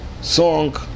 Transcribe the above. song